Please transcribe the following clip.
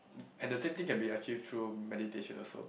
and the same thing can be achieved through meditation also